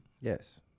Yes